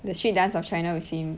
the street dance of china with him